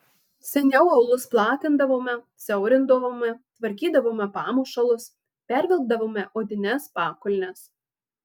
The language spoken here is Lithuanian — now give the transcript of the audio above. seniau aulus platindavome siaurindavome tvarkydavome pamušalus pervilkdavome odines pakulnes